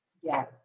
Yes